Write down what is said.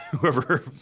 whoever